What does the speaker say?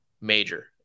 major